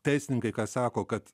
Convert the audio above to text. teisininkai ką sako kad